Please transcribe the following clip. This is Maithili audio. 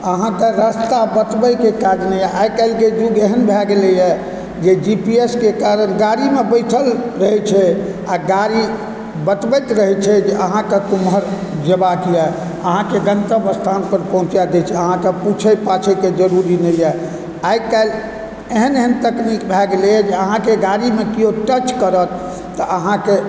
अहाँकेँ रास्ता बतबैके काज नहि आइकाल्हिके युग एहन भए गेलैया जे जीपीएसके कारण गाड़ीमे बैठल रहै छै आ गाड़ी बतबैत रहै छै जे अहाँकेँ केम्हर जेबाक यऽ अहाँकेँ गन्तव्य स्थान पर पहुँचा दए छै अहाँकेँ पूछै पाछैके जरूरी नहि यऽ आइकाल्हि एहन एहन तकनीक भए गेलैए जे अहाँके गाड़ीमे केओ टच करत तऽ अहाँकेँ